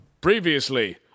Previously